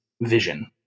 vision